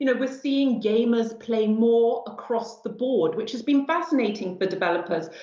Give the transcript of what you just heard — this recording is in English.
you know we're seeing gamers playing more across the board. which has been fascinating for developers.